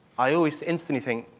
i always instantly think,